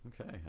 Okay